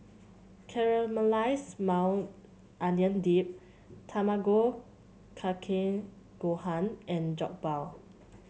Caramelized Maui Onion Dip Tamago Kake Gohan and Jokbal